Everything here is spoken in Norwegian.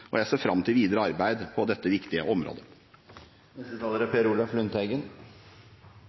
redegjørelsen. Jeg ser fram til videre arbeid på dette viktige